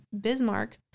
Bismarck